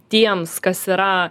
tiems kas yra